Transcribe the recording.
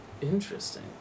interesting